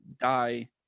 die